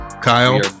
Kyle